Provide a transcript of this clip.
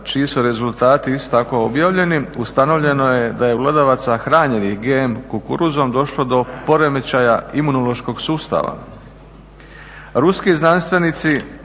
čiji su rezultati isto tako objavljeni ustanovljeno je da je glodavaca hranjenih GM kukuruzom došlo do poremećaja imunološkog sustava. Ruski znanstvenici